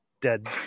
dead